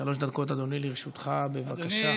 שלוש דקות, אדוני, לרשותך, בבקשה.